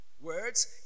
Words